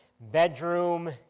bedroom